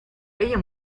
ella